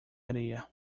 areia